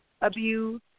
abuse